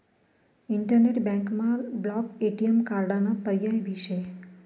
internet बँकमा block ATM कार्डाना पर्याय भी शे